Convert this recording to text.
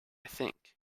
think